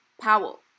Powell